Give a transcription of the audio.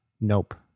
Nope